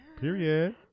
Period